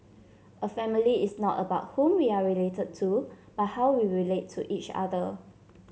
a family is not about whom we are related to but how we relate to each other